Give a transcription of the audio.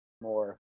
more